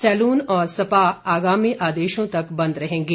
salon और spa आगामी आदेशों तक बंद रहेंगे